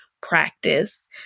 practice